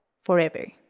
forever